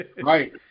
Right